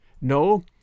No